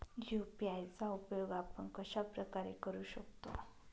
UPI चा उपयोग आपण कशाप्रकारे करु शकतो?